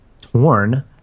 torn